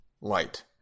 light